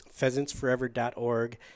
pheasantsforever.org